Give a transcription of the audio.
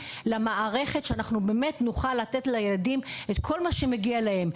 למערכת כדי שנוכל לתת לילדים את כל מה שמגיע להם.